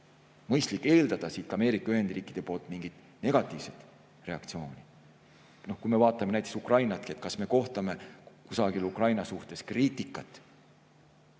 mõistlik eeldada Ameerika Ühendriikide mingit negatiivset reaktsiooni. Vaatame näiteks Ukrainatki. Kas me kohtame kusagil Ukraina suhtes kriitikat?